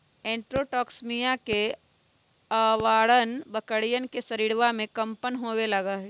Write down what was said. enterotoxaemia के अआरण बकरियन के शरीरवा में कम्पन होवे लगा हई